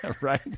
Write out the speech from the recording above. Right